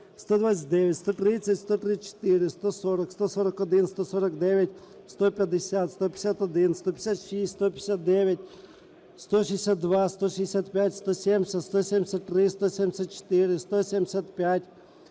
129, 130, 134, 140, 141, 149, 150, 151, 156, 159, 162, 165, 170, 173, 174, 175,